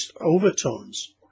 overtones